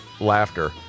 laughter